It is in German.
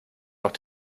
noch